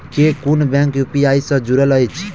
केँ कुन bank UPI सँ जुड़ल अछि?